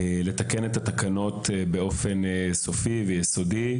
לתקן את התקנות באופן סופי ויסודי,